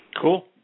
Cool